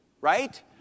right